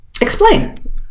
explain